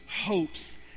hopes